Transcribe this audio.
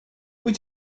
wyt